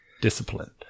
Disciplined